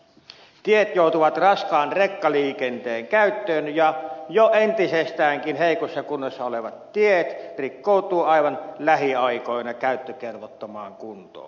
tiet joutuvat raskaan rekkaliikenteen käyttöön ja jo entisestäänkin heikossa kunnossa olevat tiet rikkoutuvat aivan lähiaikoina käyttökelvottomaan kuntoon